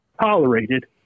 tolerated